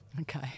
Okay